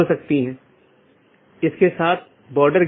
इसलिए हमारे पास BGP EBGP IBGP संचार है